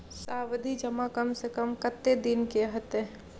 सावधि जमा कम से कम कत्ते दिन के हते?